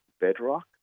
bedrock